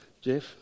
Jeff